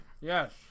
Yes